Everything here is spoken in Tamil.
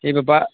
இப்போ ப